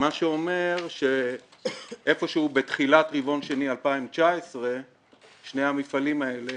מה שאומר שאיפשהו בתחילת רבעון שני 2019 שני המפעלים האלה